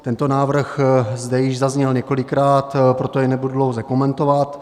Tento návrh zde již zazněl několikrát, proto jej nebudu dlouze komentovat.